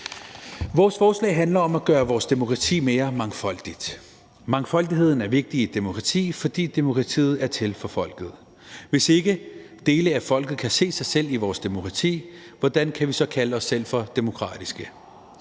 Vores forslag handler om at gøre vores demokrati mere mangfoldigt. Mangfoldigheden er vigtig i et demokrati, fordi demokratiet er til for folket. Hvis ikke dele af folket kan se sig selv i vores demokrati, hvordan kan vi så kalde os selv for demokratiske?